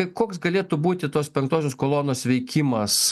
koks galėtų būti tos penktosios kolonos veikimas